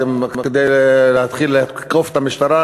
כדי להתחיל לתקוף את המשטרה?